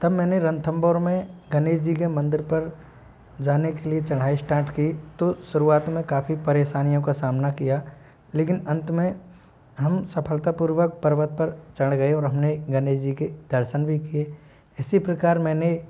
तब मैंने रणथंबोर में गणेश जी के मंदिर पर जाने के लिए चढ़ाई स्टार्ट की तो शुरुआत में काफ़ी परेशानियों का सामना किया लेकिन अंत में हम सफलतापूर्वक पर्वत पर चढ़ गए और हम ने गणेश जी के दर्शन भी किए इसी प्रकार मैंने